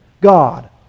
God